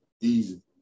Easy